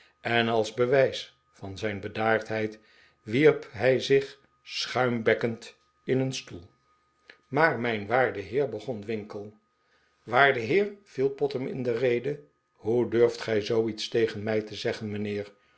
en als bewijs van zijn bedaardheid wierp hij zich schuimbekkend in een stoel maar mijn waarde heer begon winkle waarde heer viel pott hem in de rede hoe durft gij zoo iets tegen mij te zeggen mijnheer